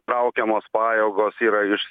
traukiamos pajėgos yra iš